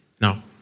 Now